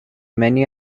many